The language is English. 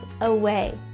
away